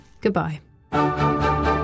Goodbye